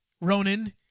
Ronan